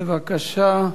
בבקשה.